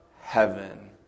heaven